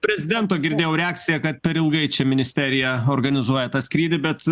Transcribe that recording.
prezidento girdėjau reakciją kad per ilgai čia ministerija organizuoja tą skrydį bet